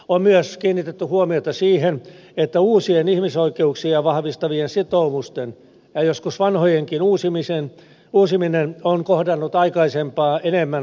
on myös kiinnitetty huomiota siihen että uusien ihmisoikeuksia vahvistavien sitoumusten tekeminen ja joskus vanhojenkin uusiminen on kohdannut aikaisempaa enemmän vastustusta